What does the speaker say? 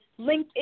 LinkedIn